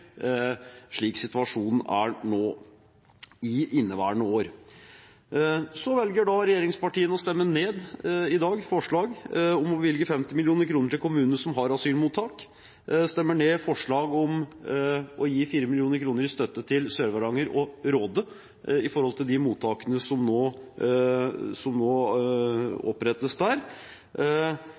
slik situasjonen er nå i inneværende år. Så velger regjeringspartiene i dag å stemme ned et forslag om å bevilge 50 mill. kr til kommuner som har asylmottak. De stemmer ned forslag om å gi 4 mill. kr i støtte til Sør-Varanger og Råde til de mottakene som nå